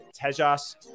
Tejas